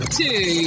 two